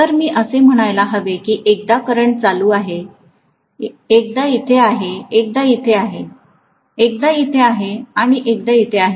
तर मी असे म्हणायला हवे की एकदा करंट चालू आहे एकदा इथे आहे एकदा इथे आहे एकदा इथे आहे आणि एकदा येथे आहे